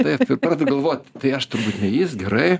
taip ir pradedu galvoti tai aš turbūt jis gerai